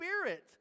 Spirit